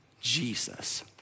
Jesus